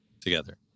together